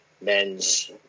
men's